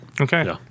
okay